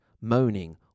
moaning